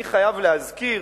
אני חייב להזכיר